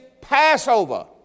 Passover